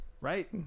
right